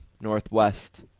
Northwest